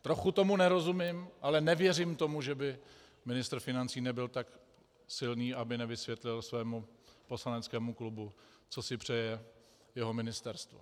Trochu tomu nerozumím, ale nevěřím tomu, že by ministr financí nebyl tak silný, aby nevysvětlil svému poslaneckému klubu, co si přeje jeho ministerstvo.